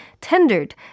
Tendered